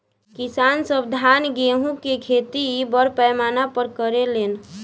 किसान सब धान गेहूं के खेती बड़ पैमाना पर करे लेन